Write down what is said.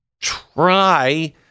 try